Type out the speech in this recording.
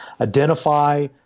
identify